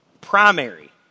Primary